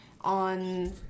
on